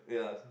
yeah